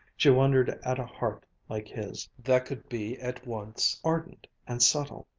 she wondered at a heart like his that could be at once ardent and subtle,